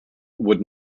would